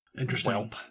Interesting